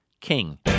king